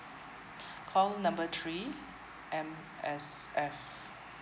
call number three M_S_F